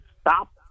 stop